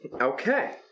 Okay